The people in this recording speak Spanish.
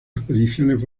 expediciones